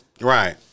Right